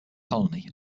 colony